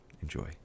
Enjoy